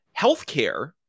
Healthcare